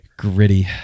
gritty